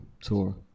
tour